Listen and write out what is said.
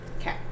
Okay